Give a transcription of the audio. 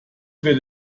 wird